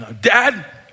Dad